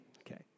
Okay